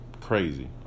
crazy